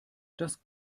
das